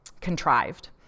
contrived